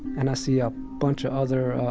and i see a bunch of other,